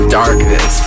darkness